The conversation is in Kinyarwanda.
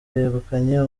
yegukanye